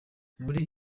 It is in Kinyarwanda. muri